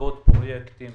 לרבות פרויקטים